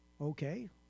okay